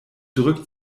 drückt